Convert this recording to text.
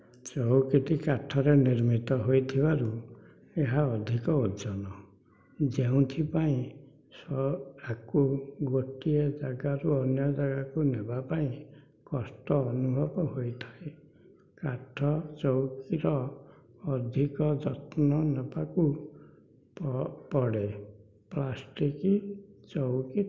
ଚୌକିଟି କାଠରେ ନିର୍ମିତ ହୋଇଥିବାରୁ ଏହା ଅଧିକ ଓଜନ ଯେଉଁଥିପାଇଁ ସ ଆକୁ ଗୋଟିଏ ଜାଗାରୁ ଅନ୍ୟ ଜାଗାକୁ ନେବା ପାଇଁ କଷ୍ଟ ଅନୁଭବ ହୋଇଥାଏ କାଠ ଚୌକିର ଅଧିକ ଯତ୍ନ ନେବାକୁ ପ ପଡ଼େ ପ୍ଲାଷ୍ଟିକ ଚୌକିଠାରୁ